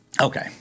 Okay